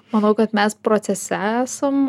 manau kad mes procese esam